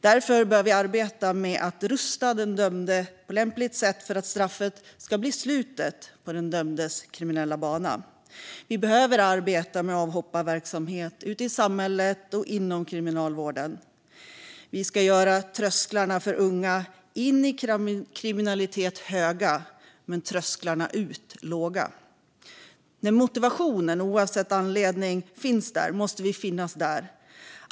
Därför bör vi arbeta för att rusta den dömde på lämpligt sätt så att straffet ska bli slutet på den dömdes kriminella bana. Vi behöver arbeta med avhopparverksamhet ute i samhället och inom kriminalvården. Vi ska göra trösklarna för unga in i kriminalitet höga men trösklarna ut låga. När motivationen, oavsett anledning, finns där måste även vi finnas där.